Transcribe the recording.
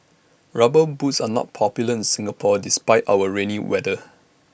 rubber boots are not popular in Singapore despite our rainy weather